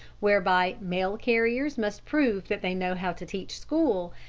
whereby mail-carriers must prove that they know how to teach school,